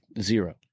zero